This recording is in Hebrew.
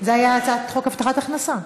זה היה הצעת חוק הבטחת הכנסה.